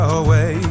away